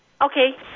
Okay